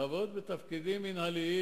לעבוד בתפקידים מינהליים,